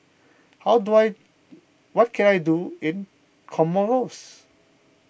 how do I what can I do in Comoros